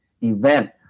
event